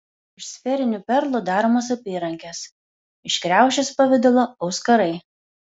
iš sferinių perlų daromos apyrankės iš kriaušės pavidalo auskarai